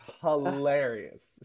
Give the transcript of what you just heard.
hilarious